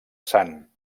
sant